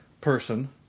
person